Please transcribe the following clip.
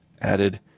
added